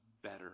better